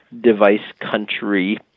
device-country